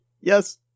yes